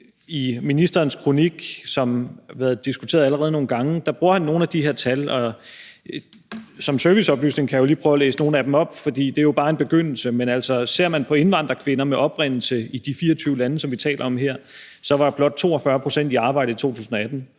I ministerens kronik, som har været diskuteret allerede nogle gange, bruger han nogle af de her tal, og som serviceoplysning kan jeg jo lige prøve at læse nogle af dem op, for det er jo bare en begyndelse: Ser man på indvandrerkvinder med oprindelse i de 24 lande, som vi taler om her, så var blot 42 pct. i arbejde i 2018.